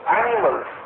animals